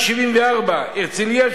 74%; הרצלייה,